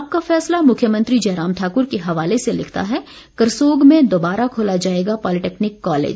आपका फैसला मुख्यमंत्री जयराम ठाकुर के हवाले से लिखता है करसोग में दोबारा खोला जायेगा पॉलीटेकनीक कॉलेज